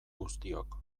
guztiok